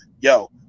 Yo